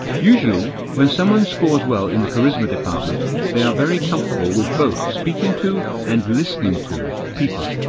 usually when someone scores well in the charisma department they are very comfortable with both speaking to and listening to people.